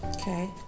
Okay